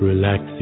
relax